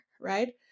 right